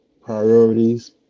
priorities